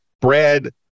Brad